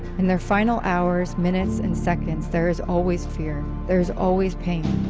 in their final hours, minutes and seconds, there is always fear, there is always pain.